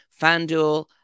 FanDuel